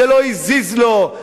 זה לא הזיז לו,